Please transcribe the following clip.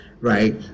right